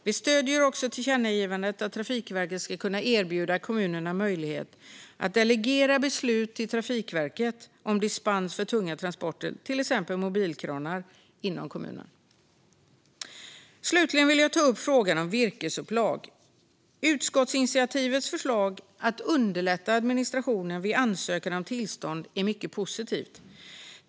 Vi stöder också tillkännagivandet att Trafikverket ska kunna erbjuda kommunerna möjlighet att delegera beslut till Trafikverket om dispens för tunga transporter, till exempel mobilkranar, inom kommunen. Slutligen vill jag ta upp frågan om virkesupplag. Utskottsinitiativets förslag att underlätta administrationen vid ansökan om tillstånd är mycket positivt.